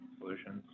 solutions